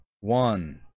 one